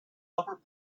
upper